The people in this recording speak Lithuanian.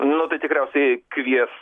nu tai tikriausiai kvies